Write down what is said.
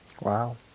Wow